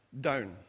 down